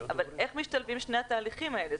אבל איך משתלבים שני התהליכים האלה?